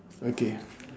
okay